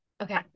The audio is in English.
Okay